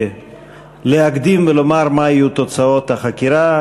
מלהקדים ולומר מה יהיו תוצאות החקירה.